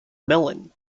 melon